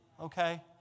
Okay